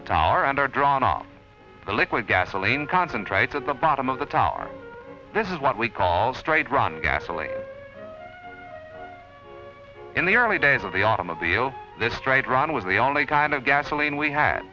the tower and are drawn off the liquid gasoline concentrate at the bottom of the tower this is what we call straight run gasoline in the early days of the automobile this trade run was the only kind of gasoline we had